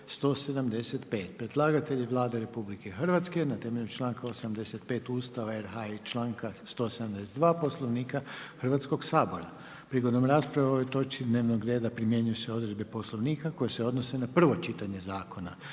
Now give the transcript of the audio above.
Predlagatelj je Vlada RH na temelju članka 85. Ustava RH i članka 172. Poslovnika Hrvatskog sabora. Prigodom rasprave o ovoj točci dnevnog reda primjenjuju se odredbe Poslovnika koje se odnose na prvo čitanje zakona.